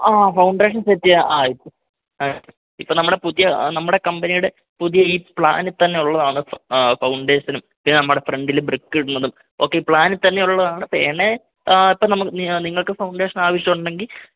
ആ foundation set ചെയ്യാം ആ ഇപ്പോൾ നമ്മുടെ പുതിയ നമ്മുടെ കമ്പനിയുടെ പുതിയ ഈ പ്ലാനിൽ തന്നെ ഉള്ളതാണ് ഫൗണ്ടേഷനും പിന്നെ നമ്മുടെ ഫ്രണ്ടിൽ ബ്രിക്ക് ഇടുന്നതും ഒക്കെ പ്ലാനിൽ തന്നെയുള്ളതാണ് വേണേ ഇപ്പോൾ നമുക്ക് നിങ്ങൾക്ക് ഫൗണ്ടേഷൻ ആവിശ്യവൊണ്ടെങ്കിൽ